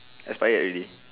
expired already